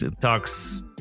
talks